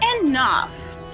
Enough